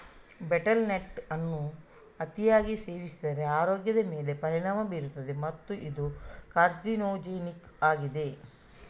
betel nut ಅನ್ನು ಅತಿಯಾಗಿ ಸೇವಿಸಿದರೆ ಆರೋಗ್ಯದ ಮೇಲೆ ಪರಿಣಾಮ ಬೀರುತ್ತದೆ ಮತ್ತು ಇದು ಕಾರ್ಸಿನೋಜೆನಿಕ್ ಆಗಿದೆ